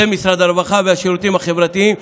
זה משרד הרווחה והשירותים החברתיים.